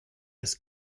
ist